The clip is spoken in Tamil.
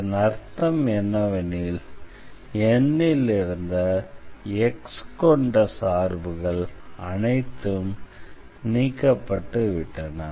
இதன் அர்த்தம் என்னவெனில் N ல் இருந்த x கொண்ட சார்புகள் அனைத்தும் நீக்கப்பட்டு விட்டன